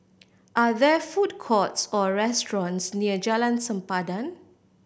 are there food courts or restaurants near Jalan Sempadan